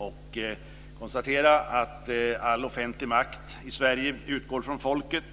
Jag konstaterar att all offentlig makt i Sverige utgår från folket.